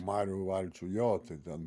marių valčių jo tai ten